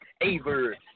Aver